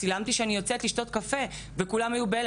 צילמתי שאני יוצאת לשתות קפה וכולם היו בהלם